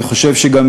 אני חושב שגם,